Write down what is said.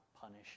punish